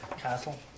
Castle